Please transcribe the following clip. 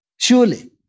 Surely